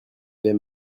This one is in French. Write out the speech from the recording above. vais